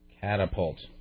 Catapult